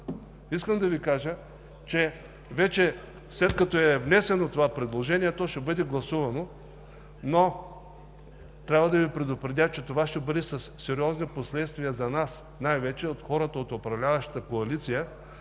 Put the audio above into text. Искам да Ви кажа, че след като е внесено това предложение, то ще бъде гласувано. Трябва да Ви предупредя обаче, че това ще бъде със сериозни последствия за нас, най-вече хората от управляващата коалиция.